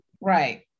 Right